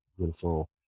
beautiful